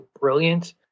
brilliant